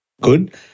good